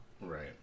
right